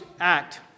act